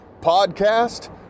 Podcast